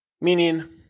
Meaning